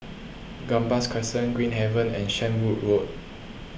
Gambas Crescent Green Haven and Shenvood Road